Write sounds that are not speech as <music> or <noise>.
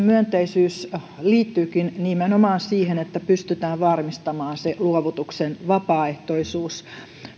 <unintelligible> myönteisyys liittyykin nimenomaan siihen että pystytään varmistamaan luovutuksen vapaaehtoisuus